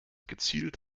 gezielt